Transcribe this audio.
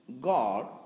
God